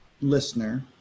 listener